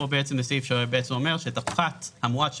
זה סעיף שאומר שאת הפחת המואץ שמקבלים,